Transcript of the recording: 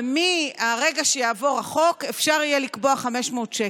ומהרגע שיעבור החוק אפשר יהיה לקבוע 500 שקל.